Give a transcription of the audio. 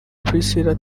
priscillah